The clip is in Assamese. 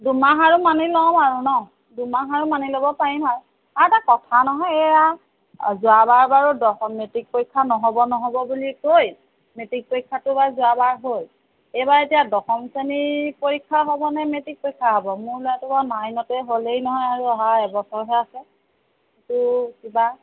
দুমাহ আৰু মানি ল'ম আৰু ন দুমাহ আৰু মানি ল'ব পাৰিম আৰু আৰু এটা কথা নহয় এইয়া যোৱাবাৰৰ বাৰু দশম মেট্ৰিক পৰীক্ষা নহ'ব নহ'ব বুলি কৈ মেট্ৰিক পৰীক্ষাটো বাৰু যোৱাবাৰ হ'ল এইবাৰ এতিয়া দশম শ্ৰেণীৰ পৰীক্ষা হ'বনে মেট্ৰিক পৰীক্ষা হ'ব মোৰ ল'ৰাটো বাৰু নাইনতে হ'লেই নহয় আৰু অহা এবছৰহে আছে সেইটো কিবা